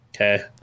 okay